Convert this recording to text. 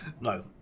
No